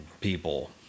people